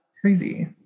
Crazy